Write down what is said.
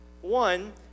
one